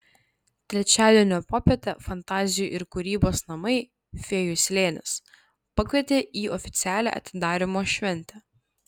trečiadienio popietę fantazijų ir kūrybos namai fėjų slėnis pakvietė į oficialią atidarymo šventę